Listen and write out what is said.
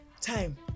time